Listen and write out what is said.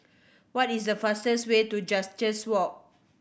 what is the fastest way to Walk